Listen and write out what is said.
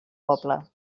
poble